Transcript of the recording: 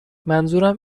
منظورم